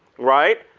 right?